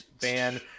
ban